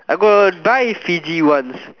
I got buy Fiji once